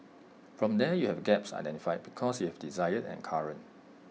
from there you have gaps identified because you have desired and current